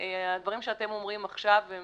הדברים שאתם אומרים עכשיו הם